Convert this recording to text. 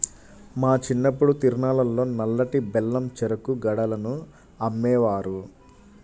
మా చిన్నప్పుడు తిరునాళ్ళల్లో నల్లటి బెల్లం చెరుకు గడలను అమ్మేవారు